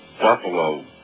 buffalo